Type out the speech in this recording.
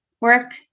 work